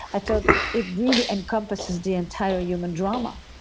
i thought it really encompasses the entire human drama